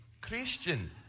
Christian